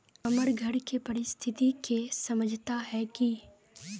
हमर घर के परिस्थिति के समझता है की?